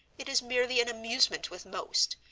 it is merely an amusement with most,